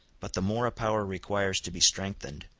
but the more a power requires to be strengthened,